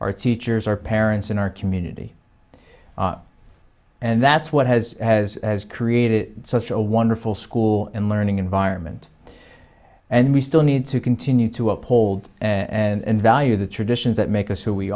our teachers our parents and our community and that's what has has created such a wonderful school and learning environment and we still need to continue to uphold and value the traditions that make us who we